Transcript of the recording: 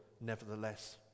nevertheless